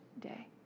day